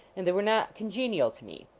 and they were not congenial to me.